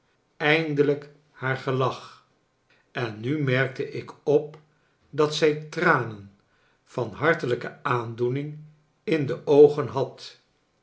eindelijk haar gelach en nu merkte ik op dat zij tranen van hartelijke aandoening in de oogen had